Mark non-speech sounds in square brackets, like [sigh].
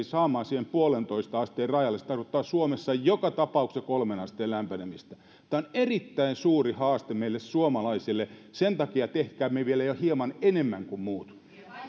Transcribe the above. [unintelligible] saamaan siihen yhteen pilkku viiteen asteen rajalle se tarkoittaa suomessa joka tapauksessa kolmeen asteen lämpenemistä tämä on erittäin suuri haaste meille suomalaisille sen takia tehkäämme vielä ja hieman enemmän kuin muut